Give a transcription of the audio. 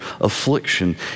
affliction